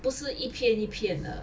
不是一片一片的